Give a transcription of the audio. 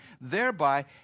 thereby